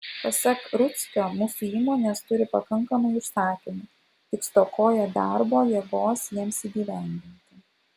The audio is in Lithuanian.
pasak rudzkio mūsų įmonės turi pakankamai užsakymų tik stokoja darbo jėgos jiems įgyvendinti